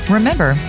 Remember